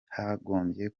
hagombye